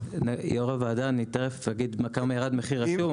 יו"ר הוועדה, אני תיכף אגיד כמה ירד מחיר השוק.